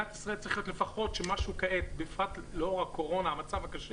במסע הזה בשבועות האחרונים דיברנו על אותם עקרונות והם נכונים גם לענף